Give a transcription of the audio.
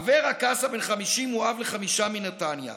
אברה קאסה, בן 50, הוא אב לחמישה מנתניה.